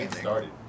started